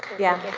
yeah,